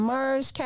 Mars